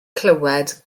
clywed